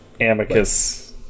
amicus